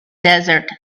desert